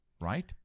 right